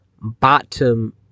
bottom